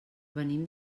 venim